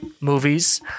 movies